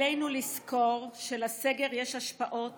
עלינו לזכור שלסגר יש השפעות